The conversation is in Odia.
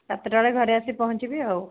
ସାତଟା ବେଳେ ଘରେ ଆସି ପହଞ୍ଚିବି ଆଉ